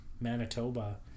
manitoba